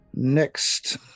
Next